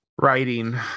Writing